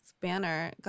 banner